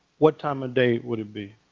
what time of day would it be?